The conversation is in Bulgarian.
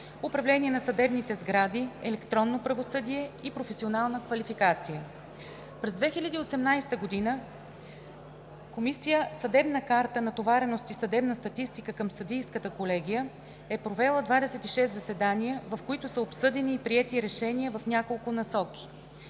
управление на съдебните сгради, електронно правосъдие и професионална квалификация. През 2018 г. Комисия „Съдебна карта, натовареност и съдебна статистика“ към Съдийската колегия е провела 26 заседания, в които са обсъдени и приети решения в няколко насоки: